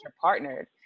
partnered